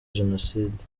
jenoside